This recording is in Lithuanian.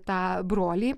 tą brolį